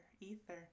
ether